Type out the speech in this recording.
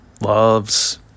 loves